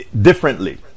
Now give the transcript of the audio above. differently